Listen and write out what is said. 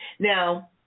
Now